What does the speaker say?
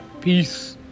Peace